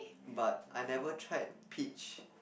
but I never tried peach